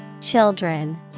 Children